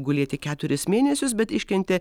gulėti keturis mėnesius bet iškentė